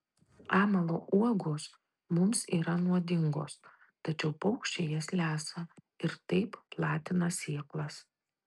amalo uogos mums yra nuodingos tačiau paukščiai jas lesa ir taip platina sėklas